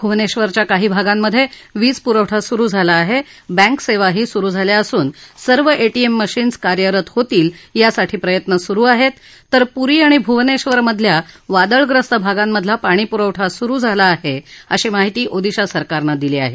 भुवनेश्वरच्या काही भागांमधे वीजपुरवठा सुरु झाला आहे बँक सेवाही सुरु झाल्या असून सर्व एटीएम मशीन कार्यरत होतील यासाठी प्रयत्न सुरु आहेत तर पुरी आणि भुवनेश्वरमधल्या वादळप्रस्त भागांमधला पाणीपुरवठा सुरु झाला आहे अशी माहिती ओदिशा सरकारनं दिली आहे